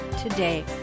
today